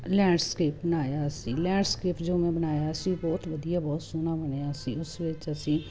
landscape ਬਣਾਇਆ ਸੀ landscape ਜੋ ਮੈਂ ਬਣਾਇਆ ਸੀ ਬਹੁਤ ਵਧੀਆ ਬਹੁਤ ਸੋਹਣਾ ਬਣਿਆ ਸੀ ਉਸ ਵਿੱਚ ਅਸੀਂ